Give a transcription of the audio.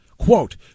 Quote